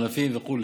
ענפים וכו'